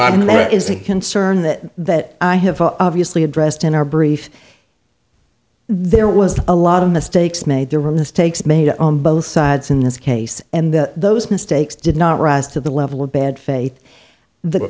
that is a concern that that i have obviously addressed in our brief there was a lot of mistakes made there were mistakes made on both sides in this case and those mistakes did not rise to the level of bad faith the